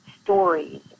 stories